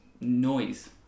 noise